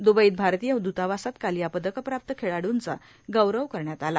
दुबईत भारतीय द्तावासात काल या पदकप्राप्त खेळाड्ंचा गौरव करण्यात आला